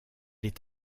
est